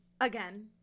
again